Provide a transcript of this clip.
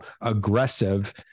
aggressive